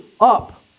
up